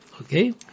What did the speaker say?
okay